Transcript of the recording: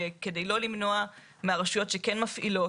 שכדי לא למנוע מהרשויות שכן מפעילות,